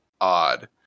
odd